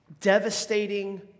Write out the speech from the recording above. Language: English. devastating